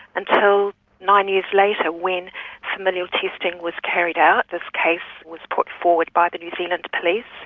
until nine years later, when familial testing was carried out, this case was put forward by the new zealand police,